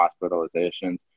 hospitalizations